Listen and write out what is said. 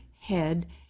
head